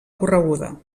correguda